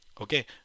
okay